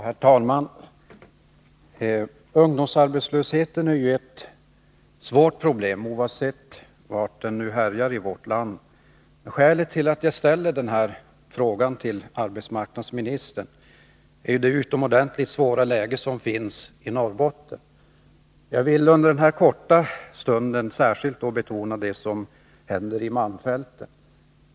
Herr talman! Ungdomsarbetslösheten är ett svårt problem, oavsett var den härjar i vårt land. Skälet till att jag har ställt den här frågan till arbetsmarknadsministern är det utomordentligt svåra läget i Norrbotten. Jag vill under den här korta stunden i kammaren särskilt betona det som händer i malmfälten.